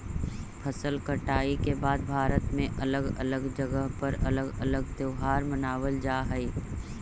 फसल के कटाई के बाद भारत में अलग अलग जगह पर अलग अलग त्योहार मानबल जा हई